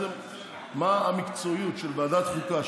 מה המקצועיות של ועדת חוקה,